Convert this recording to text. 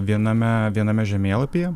viename viename žemėlapyje